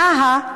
טאהא,